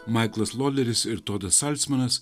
maiklas loleris ir todas salsmanas